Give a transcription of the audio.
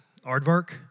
Aardvark